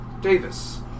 Davis